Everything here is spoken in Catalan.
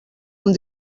amb